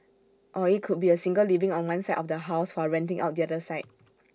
or IT could be A single living on one side of the house while renting out the other side